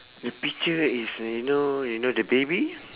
the picture is you know you know the baby